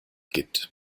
gibt